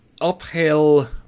uphill